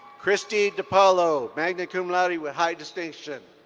kristy dupaulo, magna cum laude with high distinction.